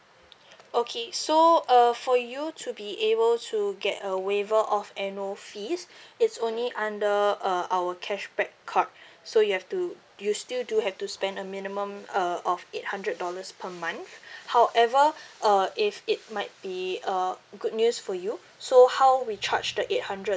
okay so uh for you to be able to get a waiver of annual fees it's only under uh our cashback card so you'll have to you'll still do have to spend a minimum uh of eight hundred dollars per month however uh if it might be a good news for you so how we charge the eight hundred